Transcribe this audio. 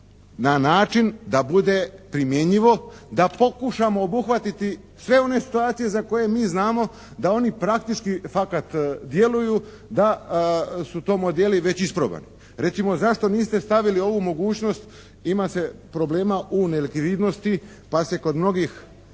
na način da bude primjenjivo da pokušamo obuhvatiti sve one situacije za koje mi znamo da oni praktički, fakat djeluju da su to modeli već isprobani. Recimo zašto niste stavili ovu mogućnost ima se problema u nelikvidnosti pa se kod mnogih